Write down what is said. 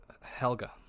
Helga